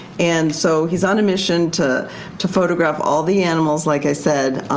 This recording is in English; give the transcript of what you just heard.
and so he's on a mission to to photograph all the animals, like i said.